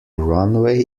runway